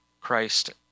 Christ